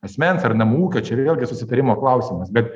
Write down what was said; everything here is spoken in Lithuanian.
asmens ar namų ūkio čia vėlgi susitarimo klausimas bet